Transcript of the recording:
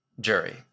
Jury